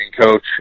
coach